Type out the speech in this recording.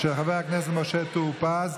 של חבר הכנסת משה טור פז.